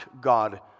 God